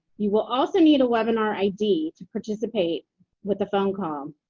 you will also need a webinar id to participate with the phone call.